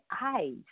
eyes